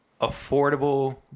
affordable